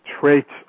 traits